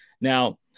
Now